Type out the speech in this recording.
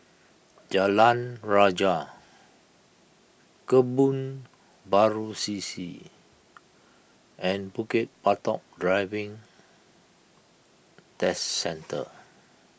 Jalan Rajah Kebun Baru C C and Bukit Batok Driving Test Centre